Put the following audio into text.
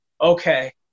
okay